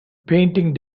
painting